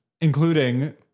Including